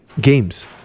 games